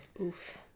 Oof